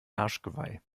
arschgeweih